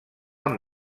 amb